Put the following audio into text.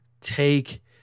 take